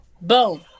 Boom